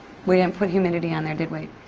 we didn't put humidity on there, did we?